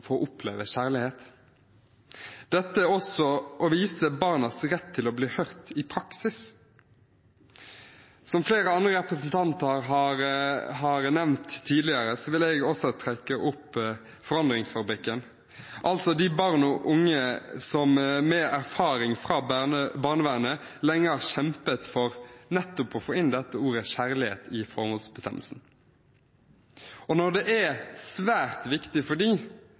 oppleve kjærlighet. Dette er også å vise barnas rett til å bli hørt i praksis. Som flere andre representanter har gjort tidligere, vil jeg også trekke fram Forandringsfabrikken, altså de barn og unge som med erfaring fra barnevernet lenge har kjempet for nettopp å få inn ordet «kjærlighet» i formålsbestemmelsen. Når det er svært viktig for